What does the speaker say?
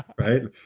right?